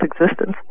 existence